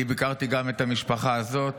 אני ביקרתי גם את המשפחה הזאת,